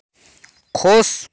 खुश